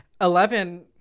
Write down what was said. Eleven